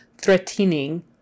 threatening